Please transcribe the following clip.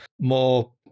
more